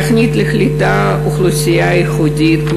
תוכנית לקליטת אוכלוסייה ייחודית,